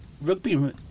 rugby